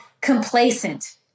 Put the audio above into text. complacent